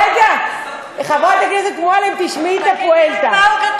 רגע, חברת הכנסת מועלם, תשמעי את הפואנטה.